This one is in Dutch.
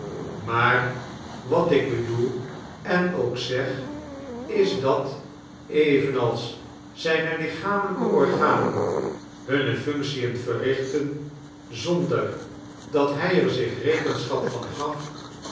maar wat ik bedoel en ook zeg is dat evenals zijne lichamelijke organen hunne functien verrichtten zonder dat hij er zich rekenschap van gaf